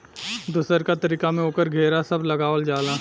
दोसरका तरीका में ओकर घेरा सब लगावल जाला